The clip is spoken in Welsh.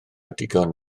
digon